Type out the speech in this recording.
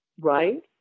Right